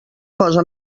cosa